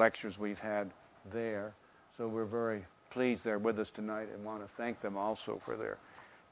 lectures we've had there so we're very pleased they're with us tonight and want to thank them also for their